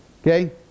Okay